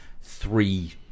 three